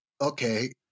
Okay